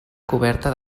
coberta